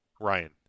Ryan